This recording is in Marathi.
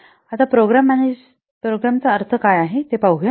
आता प्रोग्रॅमचा अर्थ काय आहे ते पाहूया